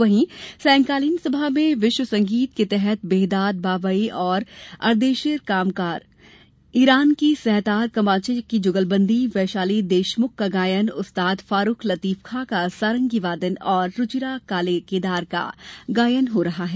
वहीं सायंकालीन सभा में विश्व संगीत के तहत बेहदाद बावई और अर्देशिर कामकार ईरान की सहतार कमाचे की जुगलबंदी वैशाली देशमुख का गायन उस्ताद फारूख लतीफ खां का सारंगी वादन और रूचिरा काले केदार का गायन हो रहा है